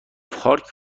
پارک